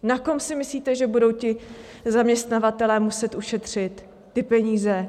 Na kom si myslíte, že budou ti zaměstnavatelé muset ušetřit ty peníze?